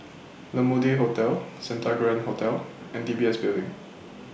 La Mode Hotel Santa Grand Hotel and D B S Building